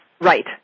Right